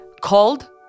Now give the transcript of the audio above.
called